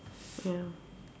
ya